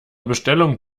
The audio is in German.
bestellung